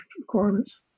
requirements